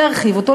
להרחיב אותו,